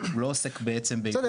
לא עוסק --- בסדר,